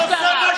אתה שוטר,